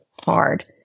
hard